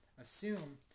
assume